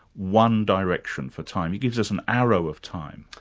one direction for time? it gives us an arrow of time?